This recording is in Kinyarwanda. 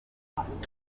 uzamubona